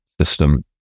system